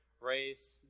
race